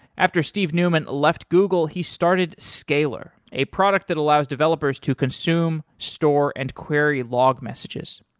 after steve newman left google he started scalyr, a product that allows developers to consume, store and query log messages.